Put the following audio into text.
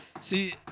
See